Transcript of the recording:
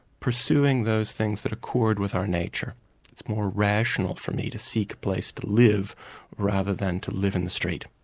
pursuing those things that accord with our nature it's more rational for me to seek place to live rather than to live in the street.